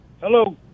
Hello